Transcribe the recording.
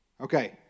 Okay